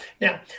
Now